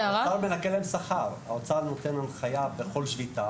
האוצר נותן הנחיה בכל שביתה